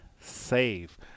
SAVE